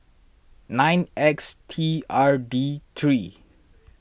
nine X T R D three